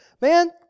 Man